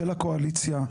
של הקואליציה,